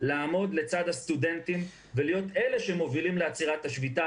לעמוד לצד הסטודנטים ולהיות אלה שמובילות לעצירת השביתה,